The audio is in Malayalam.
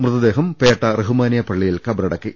മൃതദേഹം പേട്ട റഹ്മാനിയ പള്ളിയിൽ ഖബറടക്കി